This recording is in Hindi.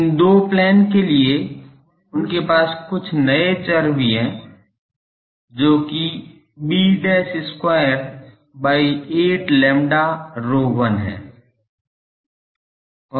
इन दो प्लेन के लिए उनके पास कुछ नए चर भी हैं जो कि b square by 8 lambda ρ1 है